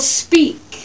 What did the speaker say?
speak